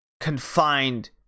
confined